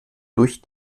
durch